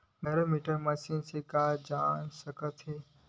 Barometer machine से का जाना जा सकत हे?